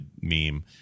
meme